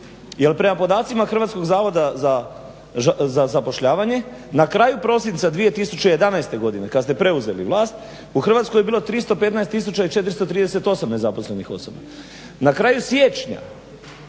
Jer prema podacima hrvatskog Zavoda za zapošljavanje na kraju prosinca 2011. godine kad ste preuzeli vlast u Hrvatskoj je bilo 315 i 438 nezaposlenih osoba, na kraju siječnja